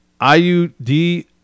IUD